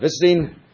visiting